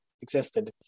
existed